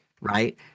right